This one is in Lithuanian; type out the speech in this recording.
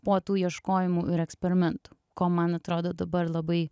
po tų ieškojimų ir eksperimentų ko man atrodo dabar labai